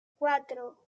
cuatro